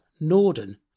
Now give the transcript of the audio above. Norden